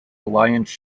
alliance